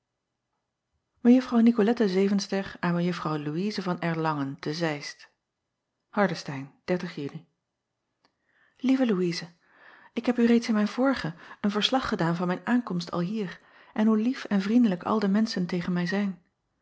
icolette evenster aan ejuffrouw ouise van rlangen te eist ardestein uni ieve ouise k heb u reeds in mijn vorigen een verslag gedaan van mijn aankomst alhier en hoe lief en vriendelijk al de menschen tegen mij zijn